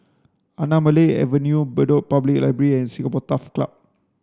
Anamalai Avenue Bedok Public Library and Singapore Turf Club